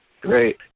Great